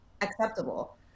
acceptable